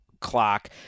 clock